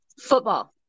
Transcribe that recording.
Football